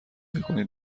نکنی